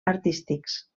artístics